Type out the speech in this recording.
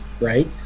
right